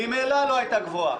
ממילא לא היו גבוהים.